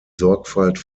sorgfalt